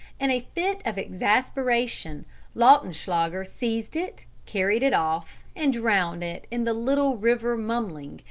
in a fit of exasperation lautenschlager seized it, carried it off, and drowned it in the little river mumling,